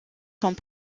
sont